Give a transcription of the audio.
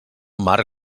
mar